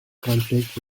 conflict